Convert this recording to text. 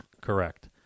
Correct